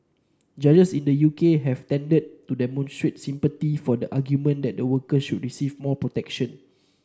judges in the U K have tended to demonstrate sympathy for the argument that the worker should receive more protection